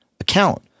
account